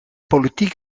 politiek